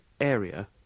area